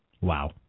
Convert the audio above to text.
Wow